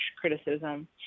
criticism